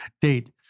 date